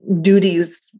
duties